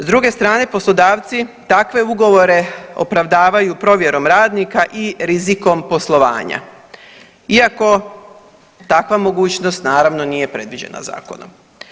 S druge strane poslodavci takve ugovore opravdavaju provjerom radnika i rizikom poslovanja iako takva mogućnost naravno nije predviđena zakonom.